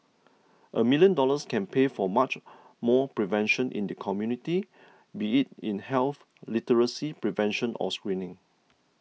a million dollars can pay for much more prevention in the community be it in health literacy prevention or screening